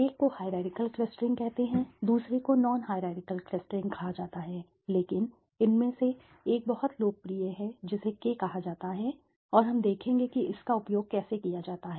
एक को hierarchical clustering कहते हैं दूसरे को नॉन हाईरारकिअल क्लस्टरिंग कहा जाता है लेकिन उनमें से एक बहुत लोकप्रिय है जिसे K कहा जाता है और हम देखेंगे कि इसका उपयोग कैसे किया जाता है